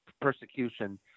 persecution